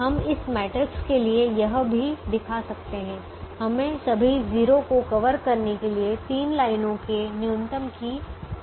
हम इस मैट्रिक्स के लिए यह भी दिखा सकते हैं हमें सभी 0 को कवर करने के लिए तीन लाइनों के न्यूनतम की आवश्यकता है